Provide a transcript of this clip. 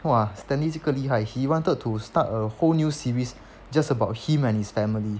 !wah! stanley 这个厉害 he wanted to start a whole new series just about him and his family